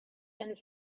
and